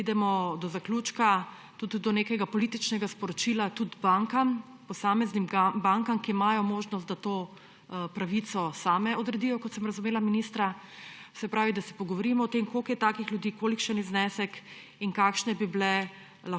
pridemo do zaključka, tudi do nekega političnega sporočila posameznim bankam, ki imajo možnost, da to pravico same odredijo, kot sem razumela ministra. Se pravi, da se pogovorimo o tem, koliko je takih ljudi, kolikšen je znesek in kakšne bi